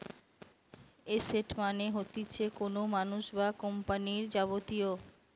asset মানে হতিছে কোনো মানুষ বা কোম্পানির যাবতীয়